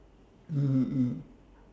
mmhmm mm